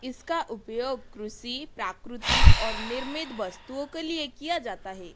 इसका उपयोग कृषि प्राकृतिक और निर्मित वस्तुओं के लिए किया जाता है